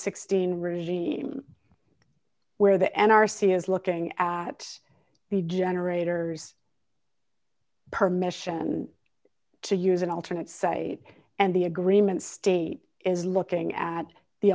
sixteen regime where the n r c is looking at the generators permission to use an alternate site and the agreement state is looking at the